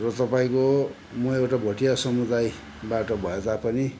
र तपाईँको म एउटा भोटिया समुदायबाट भए तापनि